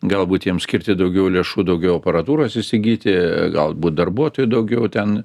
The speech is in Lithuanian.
galbūt jiems skirti daugiau lėšų daugiau aparatūros įsigyti galbūt darbuotojų daugiau ten